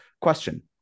question